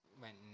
went